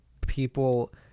people